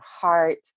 heart